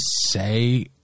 say